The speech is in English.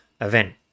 event